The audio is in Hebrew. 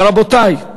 אבל, רבותי,